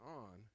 on